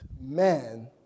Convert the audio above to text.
man